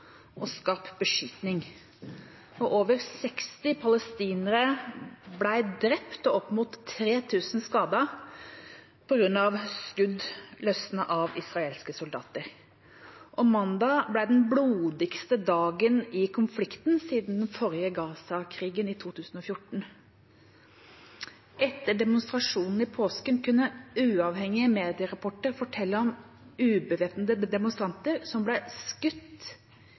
og skarp beskytning, og over 60 palestinere ble drept og opp mot 3 000 skadet på grunn av skudd løsnet av israelske soldater. Mandag ble den blodigste dagen i konflikten siden den forrige Gaza-krigen i 2014. Etter demonstrasjonene i påsken kunne uavhengige medierapporter fortelle om ubevæpnede demonstranter som ble skutt